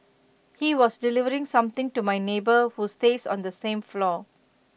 he was delivering something to my neighbour who stays on the same floor